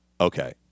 Okay